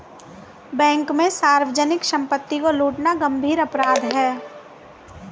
bank में सार्वजनिक सम्पत्ति को लूटना गम्भीर अपराध है